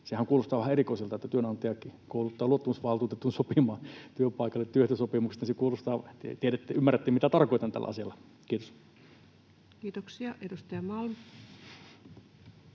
Sehän kuulostaa vähän erikoiselta, että työnantaja kouluttaa luottamusvaltuutetun sopimaan työpaikalle työehtosopimuksesta. Se kuulostaa... Ymmärrätte, mitä tarkoitan tällä asialla. — Kiitos. [Speech 150]